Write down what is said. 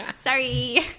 Sorry